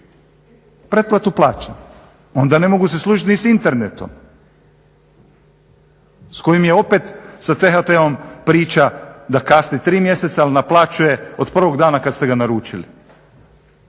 pretplatu plaćam. Onda ne mogu se služiti ni s internetom s kojim je opet sa THT-om priča da kasni tri mjeseca al naplaćuje od prvog dana kad ste ga naručili.